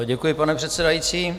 Děkuji, pane předsedající.